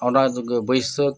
ᱚᱱᱟ ᱫᱚᱜᱚ ᱵᱟᱹᱭᱥᱟᱹᱠ